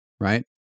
right